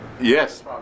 Yes